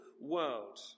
world